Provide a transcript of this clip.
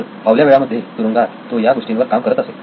तर फावल्या वेळा मध्ये तुरुंगात तो या गोष्टींवर काम करत असे